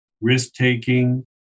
risk-taking